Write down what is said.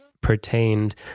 pertained